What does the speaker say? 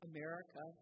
America